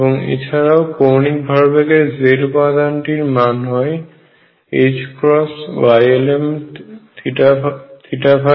এবং এছাড়াও কৌণিক ভরবেগের z উপাদানটির মান হয় Ylmθϕ